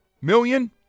million